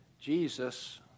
Jesus